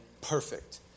perfect